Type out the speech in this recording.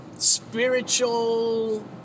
spiritual